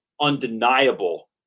undeniable